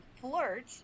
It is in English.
flirt